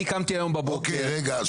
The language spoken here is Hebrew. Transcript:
אני קמתי היום בבוקר --- רגע,